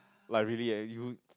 like really eh you